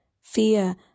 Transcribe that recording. fear